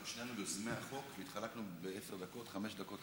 אנחנו שנינו יוזמי החוק והתחלקנו בעשר הדקות: חמש דקות,